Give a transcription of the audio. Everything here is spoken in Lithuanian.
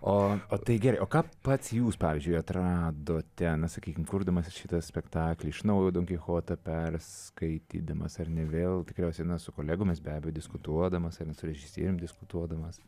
o tai gerai o ką pats jūs pavyzdžiui atradote na sakykim kurdamas šitą spektaklį iš naujo donkichotą perskaitydamas ar ne vėl tikriausiai na su kolegomis be abejo diskutuodamas ar su režisierium diskutuodamas